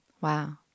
Wow